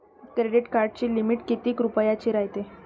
Credit कार्डाची limit कितीक रुपयाची रायते?